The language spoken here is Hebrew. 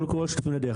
לקול קורא שותפים לדרך.